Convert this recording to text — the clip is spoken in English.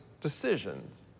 decisions